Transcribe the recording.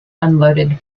unloaded